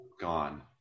Gone